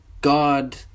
God